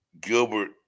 Gilbert